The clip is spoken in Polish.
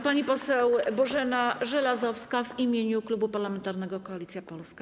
Pani poseł Bożena Żelazowska w imieniu Klubu Parlamentarnego Koalicja Polska.